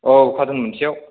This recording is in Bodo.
औ कार्टुन मोनसेयाव